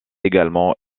également